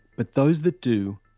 but those that do,